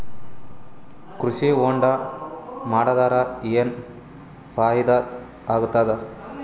ಕೃಷಿ ಹೊಂಡಾ ಮಾಡದರ ಏನ್ ಫಾಯಿದಾ ಆಗತದ?